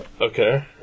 Okay